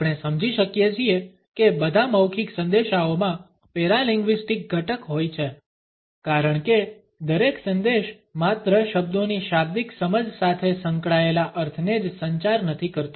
આપણે સમજી શકીએ છીએ કે બધા મૌખિક સંદેશાઓમાં પેરાલિંગ્વીસ્ટિક ઘટક હોય છે કારણ કે દરેક સંદેશ માત્ર શબ્દોની શાબ્દિક સમજ સાથે સંકળાયેલા અર્થને જ સંચાર નથી કરતો